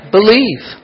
Believe